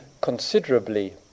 considerably